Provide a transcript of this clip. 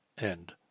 End